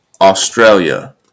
Australia